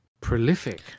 prolific